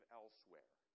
elsewhere